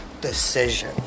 decision